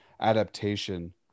adaptation